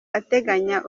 ateganya